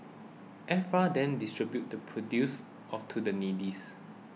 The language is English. F R then distributes the produce off to the neediest